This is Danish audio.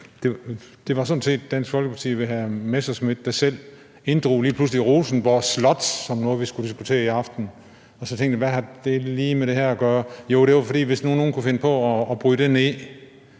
Det var sådan set Dansk Folkeparti ved hr. Morten Messerschmidt, der selv lige pludselig inddrog Rosenborg Slot som noget, vi skulle diskutere i aften. Og så tænkte jeg: Hvad har det lige med det her at gøre? Jo, det var, hvis nu nogen kunne finde på at bryde det ned.